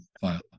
file